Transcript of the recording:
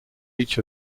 each